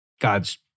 God's